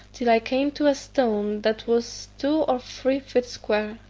till i came to a stone that was two or three feet square.